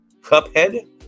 Cuphead